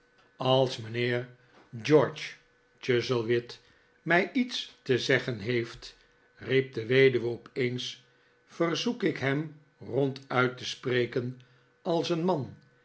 als mijnheer george chuzzlewit mij iets te zeggen heeft riep de weduwe opeens verzoek ik hem ronduit te spreken als een man